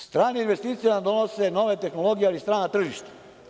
Strane investicije nam donose nove tehnologije, ali strana tržišta.